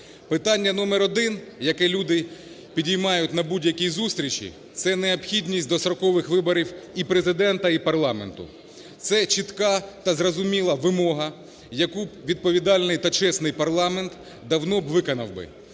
Питання номер 1, яке люди піднімають на будь-якій зустрічі, - це необхідність дострокових виборів і Президента, і парламенту. Це чітка та зрозуміла вимога, яку б відповідальний та чесний парламент давно б виконав би.